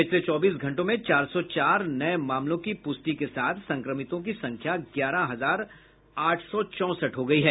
पिछले चौबीस घंटों में चार सौ चार नये मामलों की प्रष्टि के साथ संक्रमितों की संख्या ग्यारह हजार आठ सौ चौंसठ हो गयी है